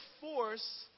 force